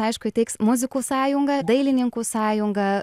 aišku įteiks muzikų sąjunga dailininkų sąjunga